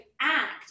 act